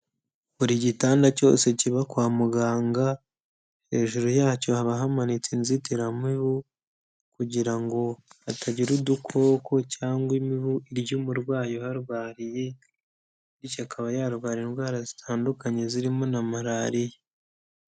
Buri gitanda cyose kiba kwa muganga, hejuru yacyo haba hamanitse inzitiramibu, kugira ngo hatagira udukoko cyangwa imibu irya umurwayi uharwariye, bityo akaba yarwara indwara zitandukanye zirimo na Malariya.